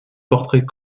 portrait